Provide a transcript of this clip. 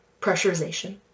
Pressurization